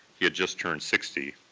he had just turned sixty.